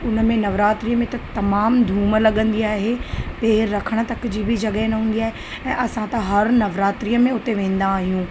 उन में नवरात्रीअ में त तमामु धूम लॻंदी आहे पैरु रखण तक जी बि जॻहि न हूंदी आहे ऐं असां त हरु नवरात्रीअ में उते वेंदा आहियूं